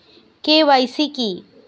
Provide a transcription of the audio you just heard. KYC কি?